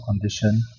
condition